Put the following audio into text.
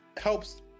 helps